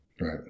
Right